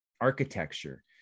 architecture